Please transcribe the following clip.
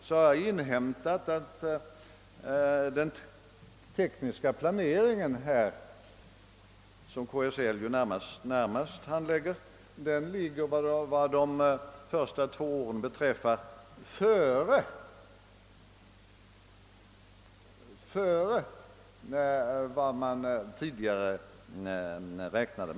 Jag har inhämtat att den tekniska planeringen, som närmast handläggs av KSL, vad de närmaste åren beträffar ligger före vad man tidigare räknat med!